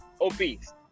obese